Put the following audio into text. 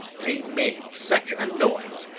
they made such a noise,